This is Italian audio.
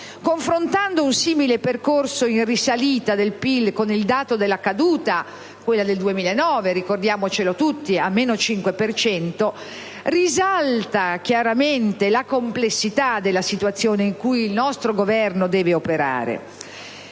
Confrontando un simile percorso in risalita del PIL con il dato della caduta della crescita, quello del 2009 - ricordiamolo tutti - a meno 5 per cento, risalta chiaramente la complessità della situazione in cui il nostro Governo deve operare.